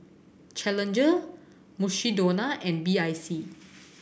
Challenger Mukshidonna and B I C